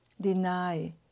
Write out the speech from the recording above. deny